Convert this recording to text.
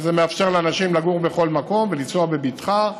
וזה מאפשר לאנשים לגור בכל מקום ולנסוע בבטחה,